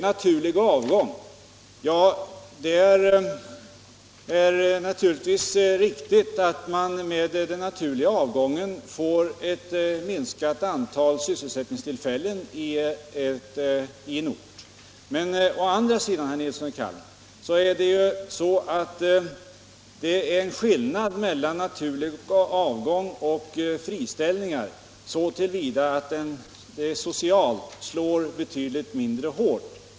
Det är naturligtvis riktigt att man med den naturliga avgången får ett minskat antal sysselsättningstillfällen på en ort. Men å andra sidan, herr Nilsson i Kalmar, är det ju skillnad mellan naturlig avgång och friställningar så till vida att den naturliga avgången socialt slår betydligt mindre hårt.